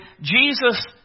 Jesus